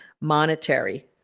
monetary